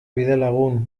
bidelagun